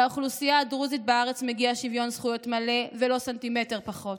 לאוכלוסייה הדרוזית בארץ מגיע שוויון זכויות מלא ולא סנטימטר פחות.